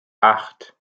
acht